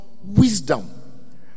wisdom